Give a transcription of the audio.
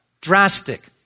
Drastic